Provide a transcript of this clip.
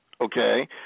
okay